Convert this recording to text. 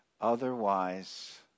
Otherwise